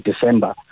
December